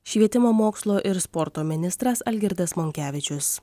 švietimo mokslo ir sporto ministras algirdas monkevičius